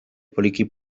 poliki